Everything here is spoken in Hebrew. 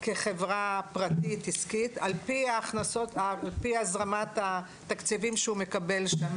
כחברה פרטית עסקית על פי הזרמת התקציבים שהוא מקבל שם